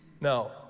Now